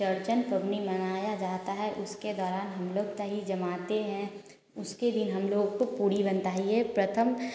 चरचन पबनी मनाया जाता है उसके दौरान हम लोग दही जमाते हैं उसके दिन हम लोग को पूरी बनता है ये प्रथम